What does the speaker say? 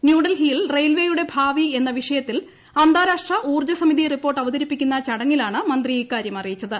ന്യൂഡൽഹിയിൽ റെയിൽവേയുടെ ഭാവി എന്ന വിഷയത്തിൽ അന്താരാഷ്ട്ര ഊർജ്ജസമിതി റിപ്പോർട്ട് അവതരിപ്പിക്കുന്ന ചടങ്ങിലാണ് മന്ത്രി ഇക്കാര്യം അറിയിച്ചത്